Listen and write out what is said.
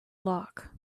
lock